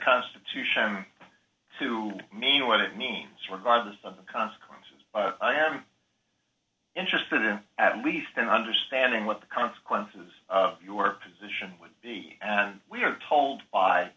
constitution to mean what it means regardless of the consequences i'm interested in at least in understanding what the consequences of your position would be we are told by